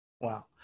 Wow